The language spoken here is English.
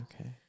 okay